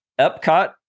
Epcot